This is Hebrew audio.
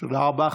תודה רבה.